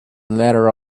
ladder